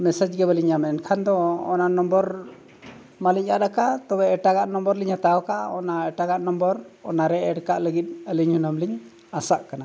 ᱜᱮ ᱵᱟᱞᱤᱧ ᱧᱟᱢᱮᱫᱟ ᱮᱱᱠᱷᱟᱱ ᱫᱚ ᱚᱱᱟ ᱢᱟ ᱞᱤᱧ ᱟᱫ ᱟᱠᱟᱫᱼᱟ ᱛᱚᱵᱮ ᱮᱴᱟᱜᱟᱜ ᱞᱤᱧ ᱦᱟᱛᱟᱣ ᱟᱠᱟᱫᱼᱟ ᱚᱱᱟ ᱮᱴᱟᱜᱟᱜ ᱚᱱᱟᱨᱮ ᱠᱟᱜ ᱞᱟᱹᱜᱤᱫ ᱟᱞᱤᱧ ᱦᱩᱱᱟᱹᱝ ᱞᱤᱧ ᱟᱥᱟᱜ ᱠᱟᱱᱟ